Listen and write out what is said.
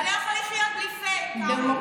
אתה לא יכול לחיות בלי פייק.